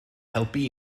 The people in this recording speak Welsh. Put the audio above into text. helpu